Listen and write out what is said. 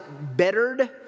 bettered